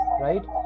right